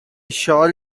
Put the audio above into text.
shall